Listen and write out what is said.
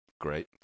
great